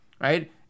right